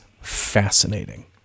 fascinating